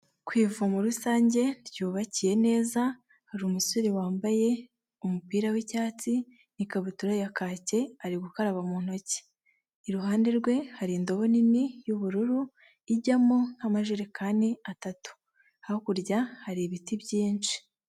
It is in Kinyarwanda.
Ku ivomero rusange ryubakiye neza hari umusore wambaye umupira w'icyatsi n'ikabutura ya kaki ari gukaraba mu ntoki. Iruhande rwe hari indobo nini y'ubururu ijyamo nk'amajerekani atatu. Hakurya hari ibiti byinshi.